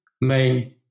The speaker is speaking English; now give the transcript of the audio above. main